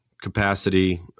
capacity